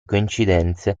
coincidenze